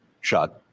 shot